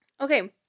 Okay